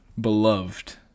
beloved